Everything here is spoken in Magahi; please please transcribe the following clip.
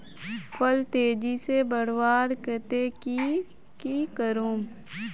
फल तेजी से बढ़वार केते की की करूम?